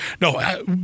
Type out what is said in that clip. No